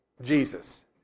Jesus